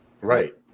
Right